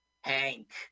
hank